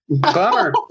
Bummer